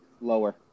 lower